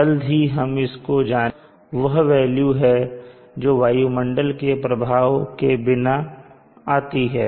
जल्द ही हम इसको जानेंगे परंतु यह वह वेल्यू है जो वायुमंडल के प्रभाव के बिना आती है